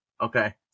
okay